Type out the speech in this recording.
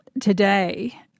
today